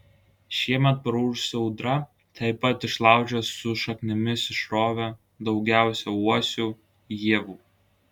šiemet praūžusi audra taip pat išlaužė su šaknimis išrovė daugiausiai uosių ievų